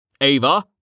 Ava